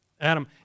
Adam